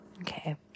okay